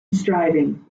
striving